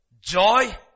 joy